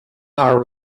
our